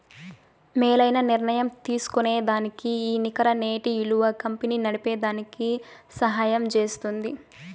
మేలైన నిర్ణయం తీస్కోనేదానికి ఈ నికర నేటి ఇలువ కంపెనీ నడిపేదానికి సహయం జేస్తుంది